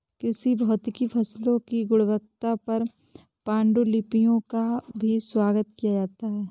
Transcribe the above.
कृषि भौतिकी फसलों की गुणवत्ता पर पाण्डुलिपियों का भी स्वागत किया जाता है